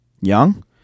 Young